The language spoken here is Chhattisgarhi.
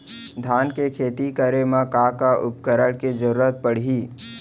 धान के खेती करे मा का का उपकरण के जरूरत पड़हि?